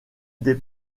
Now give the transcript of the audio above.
des